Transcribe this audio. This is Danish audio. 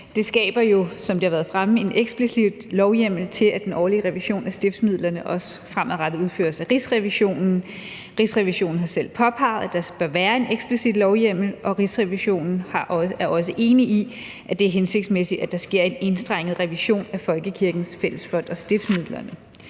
været fremme, en eksplicit lovhjemmel til, at den årlige revision af stiftsmidlerne også fremadrettet udføres af Rigsrevisionen. Rigsrevisionen har selv påpeget, at der bør være en eksplicit lovhjemmel, og Rigsrevisionen er også enig i, at det er hensigtsmæssigt, at der sker en enstrenget revision af folkekirkens fællesfond og stiftsmidlerne.